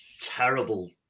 terrible